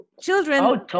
Children